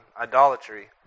idolatry